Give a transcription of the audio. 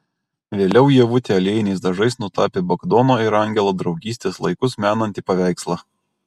vėliau ievutė aliejiniais dažais nutapė bagdono ir angelo draugystės laikus menantį paveikslą